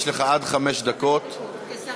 יש לך עד חמש דקות כשר